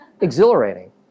exhilarating